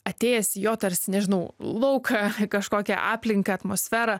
atėjęs jo tarsi nežinau lauką kažkokią aplinką atmosferą